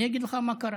אני אגיד לך מה קרה: